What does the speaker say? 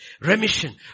Remission